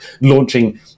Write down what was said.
launching